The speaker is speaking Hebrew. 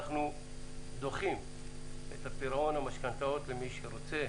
אנחנו דוחים את פירעון המשכנתאות למי שרוצה,